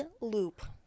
loop